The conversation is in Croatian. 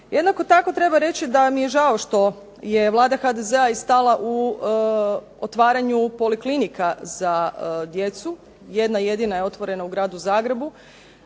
Jednako tako treba reći da mi je žao što je vlada HDZ-a stala u otvaranju poliklinika za djecu. Jedna jedina je otvorena u gradu Zagrebu.